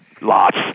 lots